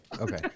Okay